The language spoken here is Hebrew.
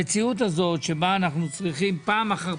המציאות הזאת שבה אנחנו צריכים פעם אחר